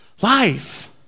life